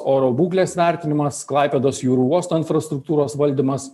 oro būklės vertinimas klaipėdos jūrų uosto infrastruktūros valdymas